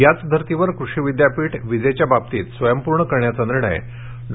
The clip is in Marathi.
याच धर्तीवर कृषी विद्यापीठ विजेच्या बाबतीत स्वयंपूर्ण करण्याचा निर्णय डॉ